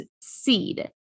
seed